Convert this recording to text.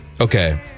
okay